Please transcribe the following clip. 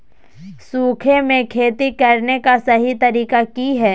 सूखे में खेती करने का सही तरीका की हैय?